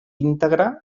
íntegre